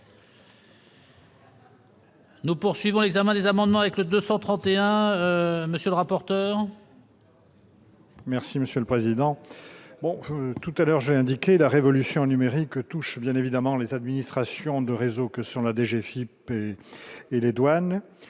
Nous poursuivons l'examen des amendements avec le 231 monsieur le rapporteur. Merci monsieur le président, bon tout à l'heure j'ai indiqué la révolution numérique touche bien évidemment les administrations de réseaux que sont la DGF Philippe et les douanes,